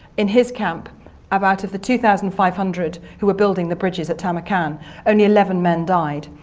in his camp about of the two thousand five hundred who were building the bridges at tamarkan only eleven men died,